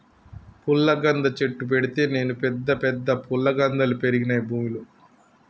పుల్లగంద చెట్టు పెడితే నేను పెద్ద పెద్ద ఫుల్లగందల్ పెరిగినాయి భూమిలో